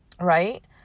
right